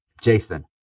Jason